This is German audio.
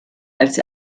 als